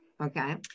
Okay